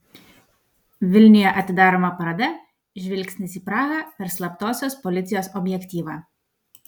vilniuje atidaroma paroda žvilgsnis į prahą per slaptosios policijos objektyvą